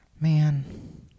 Man